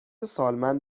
سالمند